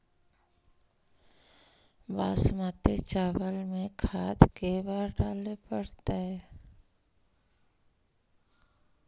बासमती चावल में खाद के बार डाले पड़तै?